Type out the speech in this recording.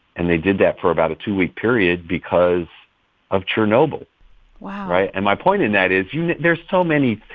and they did that for about a two-week period because of chernobyl wow right. and my point in that is you know there's so many